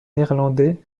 néerlandais